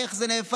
איך זה נהפך